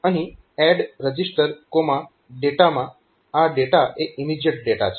અહીં ADD regdata માં આ ડેટા એ ઇમીજીએટ ડેટા છે